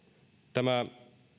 tämä